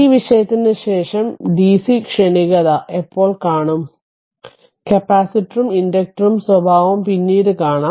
ഈ വിഷയത്തിന് ശേഷം ഡിസി ക്ഷണികത എപ്പോൾ കാണും കപ്പാസിറ്ററുടെയും ഇൻഡക്ടറിന്റെയും സ്വഭാവം പിന്നീട് കാണാം